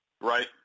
Right